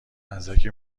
مزدک